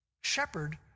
shepherd